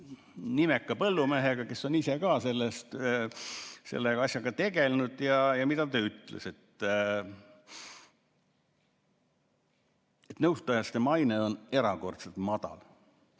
nimeka põllumehega, kes on ise ka selle asjaga tegelenud ja mida ta ütles? [Ütles, et] nõustajate maine on erakordselt madal.